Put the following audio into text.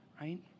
right